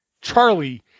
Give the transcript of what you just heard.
Charlie